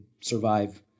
survive